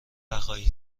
نخواهید